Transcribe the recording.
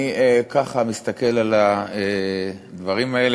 אני מסתכל ככה על הדברים האלה,